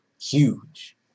huge